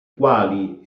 quali